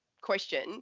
question